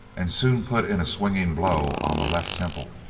and soon put in a swinging blow on the left temple.